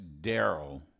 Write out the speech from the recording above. Daryl